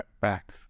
back